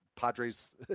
Padres